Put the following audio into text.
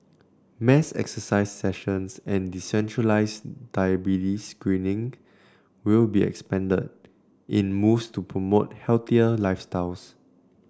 mass exercise sessions and decentralised diabetes screening will be expanded in moves to promote healthier lifestyles